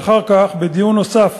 ואחר כך בדיון נוסף